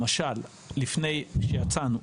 למשל: לפני שיצאנו,